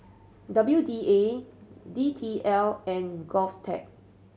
W D A D T L and GovTech